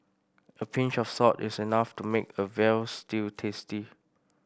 a pinch of salt is enough to make a veal stew tasty